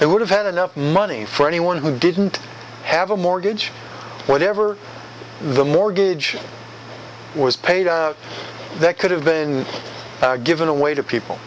they would have had enough money for anyone who didn't have a mortgage whatever the mortgage was paid out that could have been given away to people